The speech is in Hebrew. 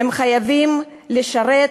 חייבים לשרת,